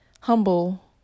humble